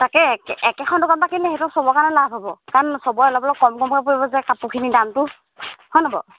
তাকে একে একেখন দোকানৰ পৰা কিনিলে সেইটো সবৰ কাৰণে লাভ হ'ব কাৰণ সবৰে অলপ অলপ কম কমকৈ পৰিব যে কাপোৰখিনিৰ দামটো হয়নে বাৰু